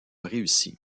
réussi